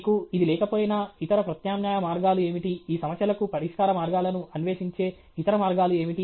మీకు ఇది లేకపోయినా ఇతర ప్రత్యామ్నాయ మార్గాలు ఏమిటి ఈ సమస్యలకు పరిష్కార మార్గాలను అన్వేషించే ఇతర మార్గాలు ఏమిటి